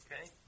Okay